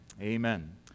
Amen